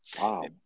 Wow